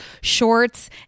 shorts